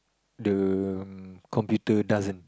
the computer doesn't